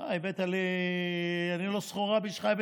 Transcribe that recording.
לא סחורה בשבילך?